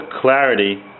clarity